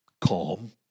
calm